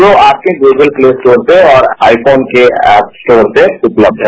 जो आपके Google Play Store पे और आई फोन के ऐप स्टोर पे उपलब्ध है